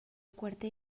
quarter